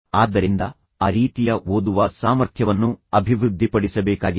ಆದ್ದರಿಂದ ಆ ರೀತಿಯ ಓದುವ ಸಾಮರ್ಥ್ಯವನ್ನು ಅಭಿವೃದ್ಧಿಪಡಿಸಬೇಕಾಗಿದೆ